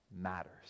matters